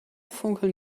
funkeln